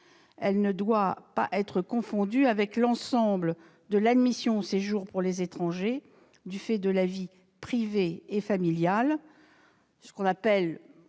Elle ne doit pas être confondue avec l'ensemble de l'admission au séjour pour les étrangers du fait de la vie privée et familiale, ce que l'on appelle